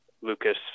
Lucas